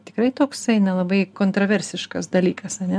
tikrai toksai nelabai kontroversiškas dalykas ar ne